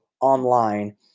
online